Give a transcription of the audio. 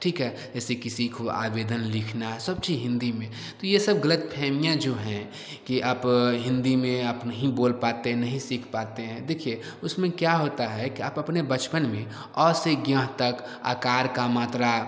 ठीक है जैसे किसी को आवेदन लिखना है सब चीज़ हिन्दी में तो यह सब गलतफ़हमियाँ जो हैं कि आप हिन्दी में आप नही बोल पाते नहीं सीख पाते हैं देखिए उसमें क्या होता है कि आप अपने बचपन में आ से ञं तक आकार की मात्रा